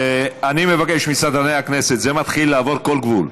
אני מבקש מסדרני הכנסת, זה מתחיל לעבור כל גבול,